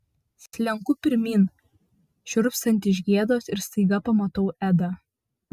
slenku pirmyn šiurpstanti iš gėdos ir staiga pamatau edą